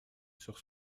sur